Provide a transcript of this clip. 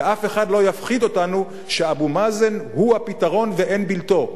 ואף אחד לא יפחיד אותנו שאבו מאזן הוא הפתרון ואין בלתו.